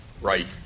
right